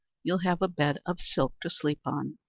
you'll have a bed of silk to sleep on.